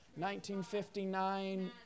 1959